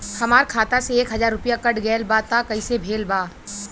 हमार खाता से एक हजार रुपया कट गेल बा त कइसे भेल बा?